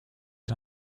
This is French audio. les